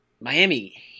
Miami